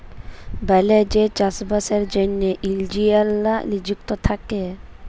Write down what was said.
বলেযে চাষে বাসের জ্যনহে ইলজিলিয়াররা লিযুক্ত থ্যাকে